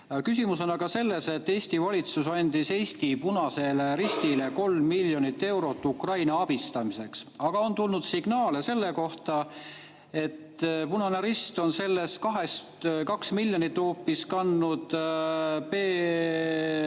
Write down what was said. Küsimus on aga selles, et Eesti valitsus andis Eesti Punasele Ristile 3 miljonit eurot Ukraina abistamiseks, aga on tulnud signaale selle kohta, et punane rist on 2 miljonit kandnud